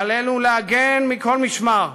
עלינו להגן מכל משמר,